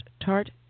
tart